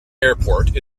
airport